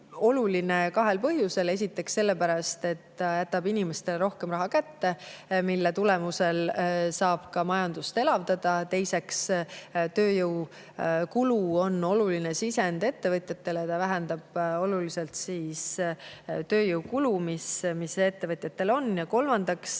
oluline kahel põhjusel. Esiteks sellepärast, et see jätab inimestele rohkem raha kätte, mille tulemusel saab ka majandust elavdada. Teiseks, tööjõukulu on oluline sisend ettevõtjatele ja see [muudatus] vähendab oluliselt tööjõukulu, mis ettevõtjatel on. Kolmandaks,